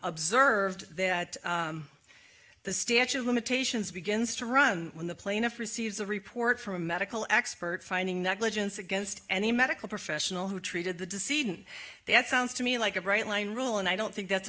observed that the statute of limitations begins to run when the plaintiff receives a report from a medical expert finding negligence against and a medical professional who treated the decision that sounds to me like a bright line rule and i don't think that's